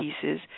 pieces